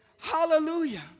Hallelujah